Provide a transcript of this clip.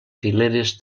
fileres